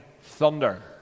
thunder